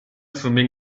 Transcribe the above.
swimming